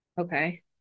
Okay